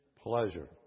pleasure